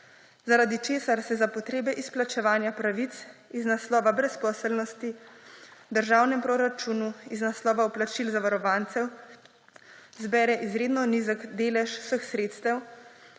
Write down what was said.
zaradi česar se za potrebe izplačevanja pravic iz naslova brezposelnosti v državnem proračunu iz naslova vplačil zavarovancev zbere izredno nizek delež vseh sredstev,